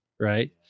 right